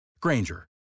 Granger